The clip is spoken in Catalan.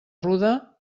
ruda